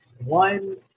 one